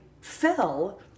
fell